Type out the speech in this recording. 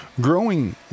growing